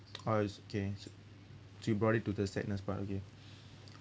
oh it's okay so you brought it to the sadness part okay